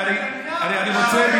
בנט ונתניהו, אני רוצה בקצרה.